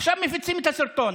עכשיו מפיצים את הסרטון.